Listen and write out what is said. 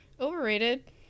overrated